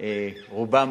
רובן